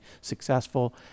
successful